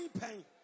pain